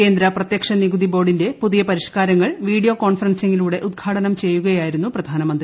കേന്ദ്ര പ്രത്യക്ഷനികുതി ബോർഡിന്റെ പുതിയ പരിഷ്കാരങ്ങൾ വീഡിയോ കോൺഫറൻസിങ്ങിലൂടെ ഉദ്ഘാടനം ചെയ്യുകയാ യിരുന്നു പ്രധാനമന്തി